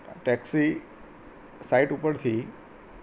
taxi site ઉપરથી